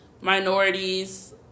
minorities